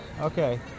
Okay